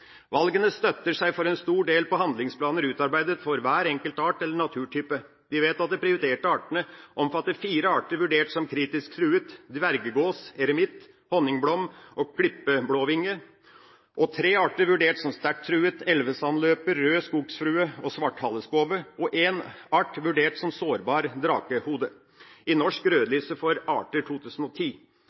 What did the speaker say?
Valgene støtter seg for en stor del på handlingsplaner utarbeidet for hver enkelt art eller naturtype. De vedtatte prioriterte artene omfatter fire arter vurdert som kritisk truet – dverggås, eremitt, honningblom og klippeblåvinge – tre arter vurdert som sterkt truet – elvesandløper, rød skogfrue og svarthalespove – og en art vurdert som sårbar – drakehode, i Norsk rødliste for arter 2010.